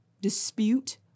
dispute